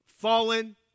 Fallen